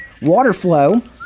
Waterflow